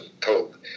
told